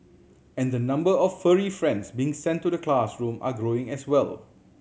and the number of furry friends being sent to the classroom are growing as well